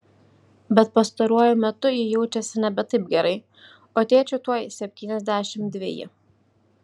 bet pastaruoju metu ji jaučiasi nebe taip gerai o tėčiui tuoj septyniasdešimt dveji